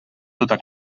tota